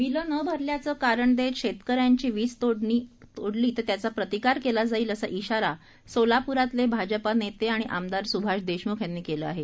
बिलं न भरल्याचं कारण देत शेतकऱ्यांची वीज जोडणी तोडली तर त्याचा प्रतिकार केला जाईल असा इशारा सोलापुरातले भाजपा नेते आणि आमदार सुभाष देशमुख यांनी केलं आहे